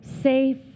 safe